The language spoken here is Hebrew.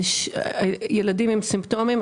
ילדים עם סימפטומים.